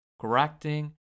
correcting